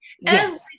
Yes